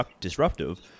disruptive